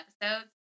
episodes